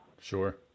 Sure